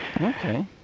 Okay